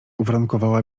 uwarunkowała